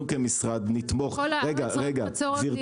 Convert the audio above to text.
כמשרד נתמוך בו ------ גברתי,